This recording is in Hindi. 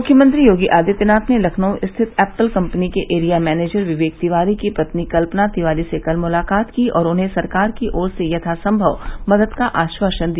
मुख्यमंत्री योगी आदित्यनाथ ने लखनऊ स्थित एप्पल कम्पनी के एरिया मैनेजर विवेक तिवारी की पत्नी कल्पना तिवारी से कल मुलाकात की और उन्हें सरकार की ओर से यथासंभव मदद का आश्वासन दिया